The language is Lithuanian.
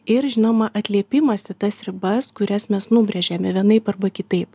ir žinoma atliepimas į tas ribas kurias mes nubrėžėme vienaip arba kitaip